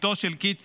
ביתו של קית סיגל,